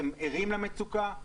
אתם ערים למצוקה?